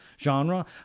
genre